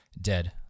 dead